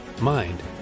mind